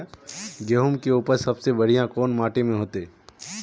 गेहूम के उपज सबसे बढ़िया कौन माटी में होते?